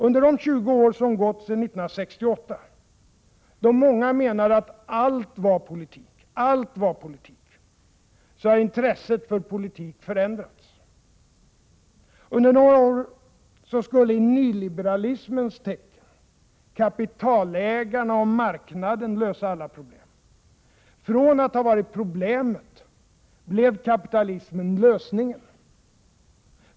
Under de 20 år som gått sedan 1968 — då många menade att allt var politik — har intresset för politik förändrats. Under några år skulle —i nyliberalismens tecken — kapitalägarna och marknaden lösa alla problem. Från att ha varit problemet blev kapitalismen lösningen.